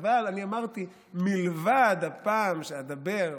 אבל אני אמרתי: מלבד הפעם שבה אדבר,